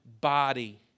body